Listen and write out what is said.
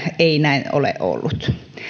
ei näin ole ollut